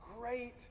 great